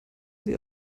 sie